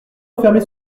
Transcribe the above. refermer